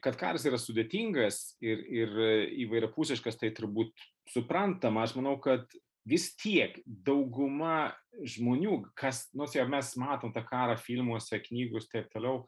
kad karas yra sudėtingas ir ir įvairiapusiškas tai turbūt suprantama aš manau kad vis tiek dauguma žmonių kas nors jau mes matom tą karą filmuose knygose taip toliau